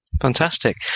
Fantastic